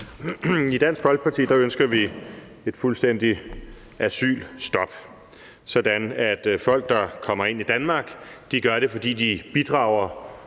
I Dansk Folkeparti ønsker vi et fuldstændigt asylstop, sådan at folk, der kommer ind i Danmark, gør det, fordi de